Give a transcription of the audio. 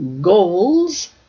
goals